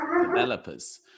developers